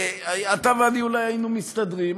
אתה ואני אולי היינו מסתדרים,